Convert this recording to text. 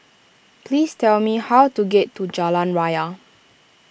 please tell me how to get to Jalan Raya